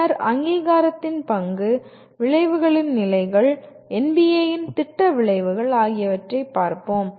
பின்னர் அங்கீகாரத்தின் பங்கு விளைவுகளின் நிலைகள் NBA இன் திட்ட விளைவுகள் ஆகியவற்றைப் பார்ப்போம்